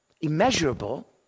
immeasurable